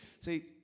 See